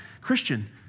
Christian